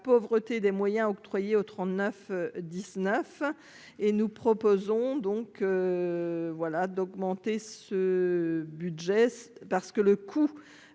pauvreté des moyens octroyés aux 39 19 et nous proposons donc voilà d'augmenter ce budget parce que le coût